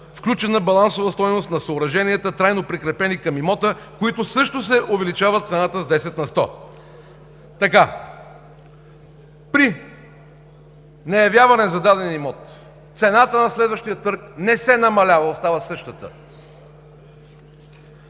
включена балансова стойност на съоръженията, трайно прикрепени към имота, с която също се увеличава цената с десет на сто. При неявяване за даден имот цената на следващия търг не се намалява – остава същата.